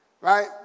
Right